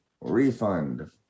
Refund